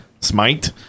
Smite